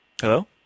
Hello